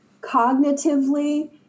cognitively